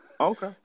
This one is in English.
Okay